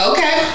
Okay